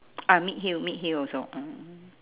ah mid heel mid heel also